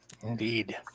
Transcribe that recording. Indeed